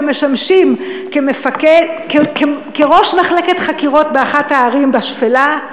והם משמשים ראש מחלקת חקירות: באחת הערים בשפלה,